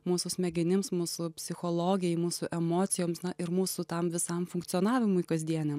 mūsų smegenims mūsų psichologijai mūsų emocijoms na ir mūsų tam visam funkcionavimui kasdieniam